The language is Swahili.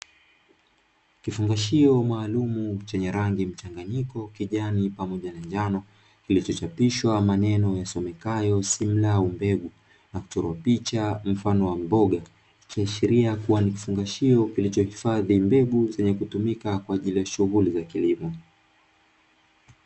Kifungashio maalumu chenye rangi mchanganyiko kijani pamoja na njano, kilichochapishwa maneno yasomekayo "simlaw mbegu" na kuchorwa picha mfano wa mboga, ikiashiria kuwa ni kifungashio kilichohifadhi mbegu zenye kutumika kwa ajili ya shughuli za kilimo.